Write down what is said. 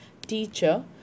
Teacher